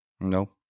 No